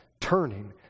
turning